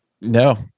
No